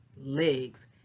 legs